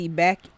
back